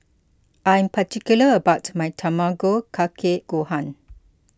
I'm particular about my Tamago Kake Gohan